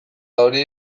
hori